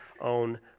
own